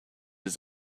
his